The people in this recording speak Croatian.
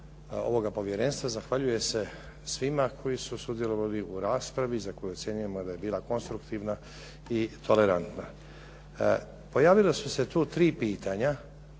ovoga povjerenstva zahvaljuje se svima koji su sudjelovali u raspravi za koju ocjenjujemo da je bila konstruktivna i tolerantna. Pojavila su se tu tri pitanja